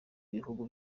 bihugu